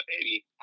baby